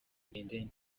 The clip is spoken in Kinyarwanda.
ndende